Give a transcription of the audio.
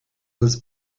was